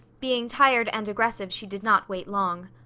being tired and aggressive she did not wait long.